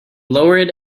lower